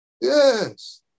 yes